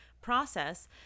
process